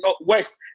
west